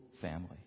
family